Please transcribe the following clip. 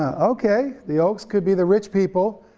ah okay, the oaks could be the rich people.